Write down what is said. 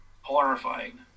horrifying